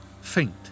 faint